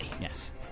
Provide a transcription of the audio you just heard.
yes